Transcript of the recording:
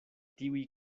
tiuj